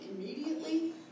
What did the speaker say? immediately